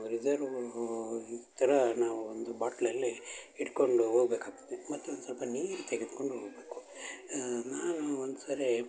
reserve ಈ ಥರ ನಾವು ಒಂದು ಬಾಟಲಲ್ಲಿ ಇಟ್ಕೊಂಡು ಹೋಬೇಕಾಗ್ತದೆ ಮತ್ತೊಂದು ಸ್ವಲ್ಪ ನೀರು ತೆಗೆದುಕೊಂಡು ಹೋಗಬೇಕು ನಾನು ಒಂದು ಸರಿ